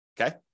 Okay